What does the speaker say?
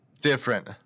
different